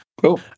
Cool